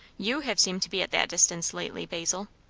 you have seemed to be at that distance lately, basil.